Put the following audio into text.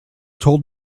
told